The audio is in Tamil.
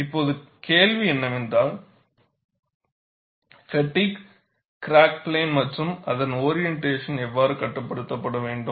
இப்போது கேள்வி என்னவென்றால் பெட்டிக் கிராக் பிளேன் மற்றும் அதன் ஓரியன்டேசன் எவ்வாறு கட்டுப்படுத்தப்பட வேண்டும்